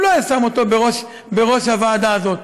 הוא לא היה שם אותו בראש הוועדה הזאת.